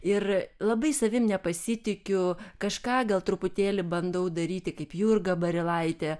ir labai savim nepasitikiu kažką gal truputėlį bandau daryti kaip jurga barilaitė